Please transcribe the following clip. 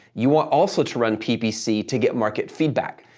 you want also to run ppc to get market feedback.